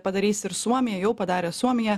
padarys ir suomija jau padarė suomija